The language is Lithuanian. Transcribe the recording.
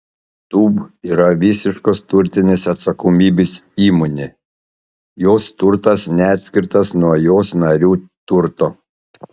tūb yra visiškos turtinės atsakomybės įmonė jos turtas neatskirtas nuo jos narių turto